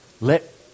let